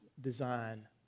design